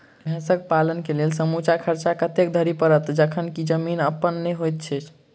भैंसक पालन केँ लेल समूचा खर्चा कतेक धरि पड़त? जखन की जमीन अप्पन नै होइत छी